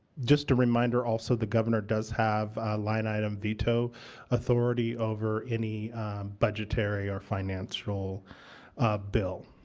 just a reminder also, the governor does have line item veto authority over any budgetary or financial bill.